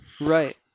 Right